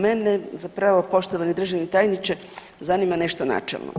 Mene zapravo poštovani državni tajniče zanima nešto načelno.